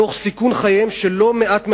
תוך סיכון חייהם של לא מעט מהמגורשים,